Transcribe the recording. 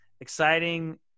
exciting